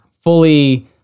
fully